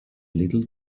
little